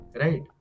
Right